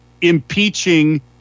impeaching